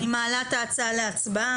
אני מעלה את ההצעה להצבעה.